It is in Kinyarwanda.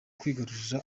kwigarurira